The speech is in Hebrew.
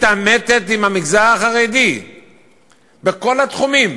מתעמתת עם המגזר החרדי בכל התחומים.